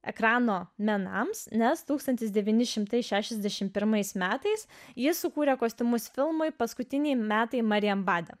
ekrano menams nes tūkstantis devyni šimtai šešiasdešimt pirmais metais ji sukūrė kostiumus filmui paskutiniai metai marienbade